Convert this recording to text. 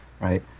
right